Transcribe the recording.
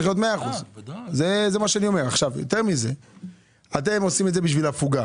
צריכים להיות 100%. אתם עושים את זה בשביל שתהיה לילדים הפוגה,